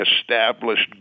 established